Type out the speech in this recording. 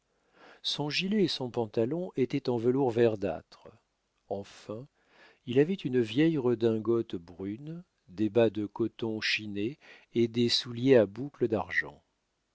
son gilet et son pantalon étaient en velours verdâtre enfin il avait une vieille redingote brune des bas de coton chinés et des souliers à boucles d'argent